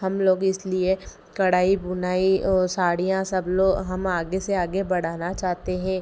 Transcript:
हमलोग इसलिए कढ़ाई बुनाई और साड़ियाँ सब लोग हम आगे से आगे बढ़ाना चाहते हैं